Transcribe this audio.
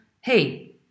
hey